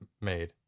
made